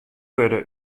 wurde